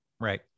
Right